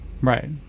Right